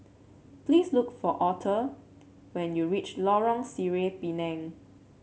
please look for Author when you reach Lorong Sireh Pinang